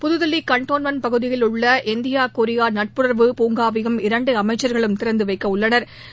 புதுதில்லி cantonment பகுதியில் உள்ள India Korea நட்புறவு பூங்காவையும் இரண்டு அமைச்சா்களும் திறந்து வைக்க உள்ளனா்